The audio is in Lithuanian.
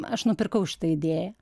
aš nupirkau šitą idėją